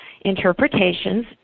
interpretations